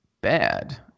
bad